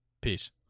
Peace